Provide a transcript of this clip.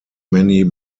many